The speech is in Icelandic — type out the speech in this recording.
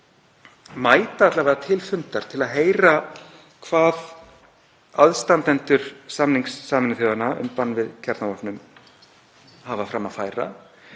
mæta til fundar til að heyra hvað aðstandendur samnings Sameinuðu þjóðanna um bann við kjarnavopnum hafa fram að færa